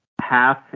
Half